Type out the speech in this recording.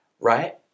right